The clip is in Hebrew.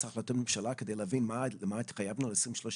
החלטות ממשלה כדי להבין למה התחייבנו עד 2030?